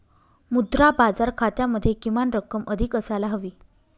मुद्रा बाजार खात्यामध्ये किमान रक्कम अधिक असायला हवी